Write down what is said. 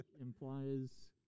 implies